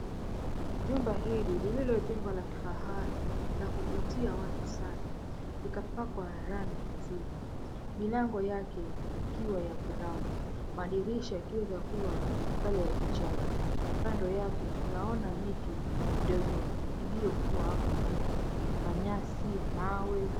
Jumba hili lililojengwa la kifahari la kuvutia watu sana likapakwa rangi nzuri. Milango yake ikiwa ya brown madirisha yakiweza kuwa colour ya kijani, kando yake tunaona miti midogo iliyokuwa hapo kando na nyasi, mawe.